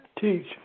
Teach